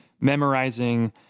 memorizing